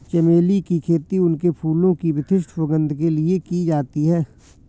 चमेली की खेती उनके फूलों की विशिष्ट सुगंध के लिए की जाती है